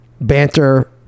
banter